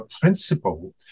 principle